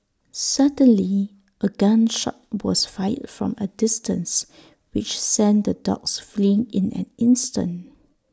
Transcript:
suddenly A gun shot was fired from A distance which sent the dogs fleeing in an instant